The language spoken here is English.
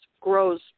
grows